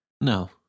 No